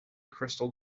crystal